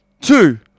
Two